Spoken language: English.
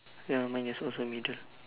ya mine is also middle